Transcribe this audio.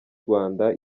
rwanda